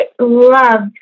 loved